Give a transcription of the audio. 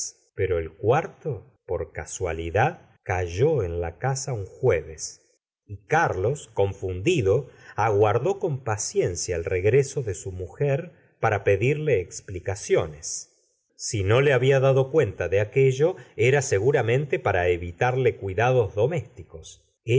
pero el cuarto por casualidad cayó en la casa un jueves y carlos confundido aguardó con paciencia el r egreso de su mujer par t pedirle explicaciones si no le habla dado cu nta de aquello era seguramente para evitarle cuidados domésticos